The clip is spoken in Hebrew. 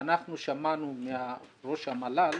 שמענו מראש המל"ל